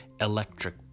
electric